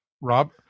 Rob